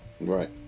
right